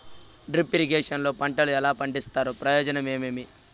Drip irrigation లో పంటలు ఎలా పండిస్తారు ప్రయోజనం ఏమేమి?